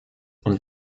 und